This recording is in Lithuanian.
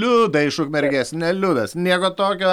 liuda iš ukmergės ne liudas nieko tokio